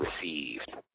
received